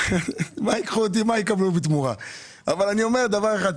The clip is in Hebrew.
אבל אני אומר דבר אחד,